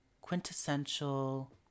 quintessential